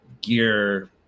gear